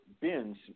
bins